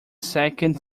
second